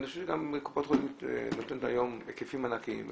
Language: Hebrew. אני חושב שגם קופות החולים נותנים היום היקפים ענקיים,